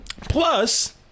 plus